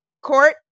Court